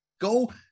Go